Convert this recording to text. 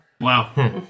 Wow